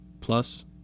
Plus